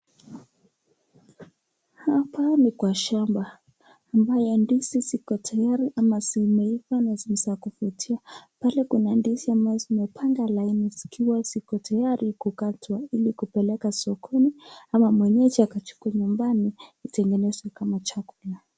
Hapa ni kwa shamba. Mimea ya ndizi ziko tayari ama zimeiva na ni za kuvutia. Pale kuna ndizi ambazo zimepanga laini zikiwa ziko tayari kukatwa ili kupeleka sokoni ama mwenyeji akachukue nyumbani itengenezwe kama chakula.